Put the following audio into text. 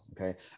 okay